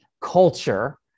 culture